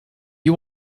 you